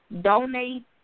donate